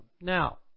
Now